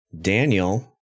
Daniel